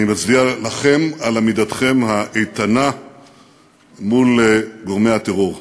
אני מצדיע לכם על עמידתכם האיתנה מול גורמי הטרור.